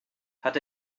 hat